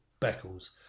Beckles